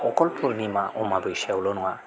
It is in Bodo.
अखल फुरनिमा अमाबैसायावल' नङा